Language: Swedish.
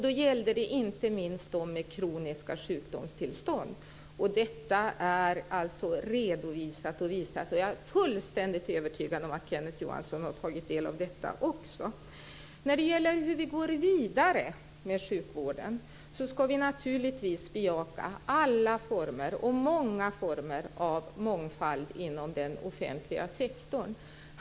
Det gällde inte minst dem med kroniska sjukdomstillstånd. Detta är alltså redovisat. Jag är fullständigt övertygad om att Kenneth Johansson har tagit del av detta också. När det gäller hur vi går vidare med sjukvården ska vi naturligtvis bejaka alla former och många former av mångfald inom den offentliga sektorn.